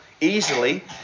easily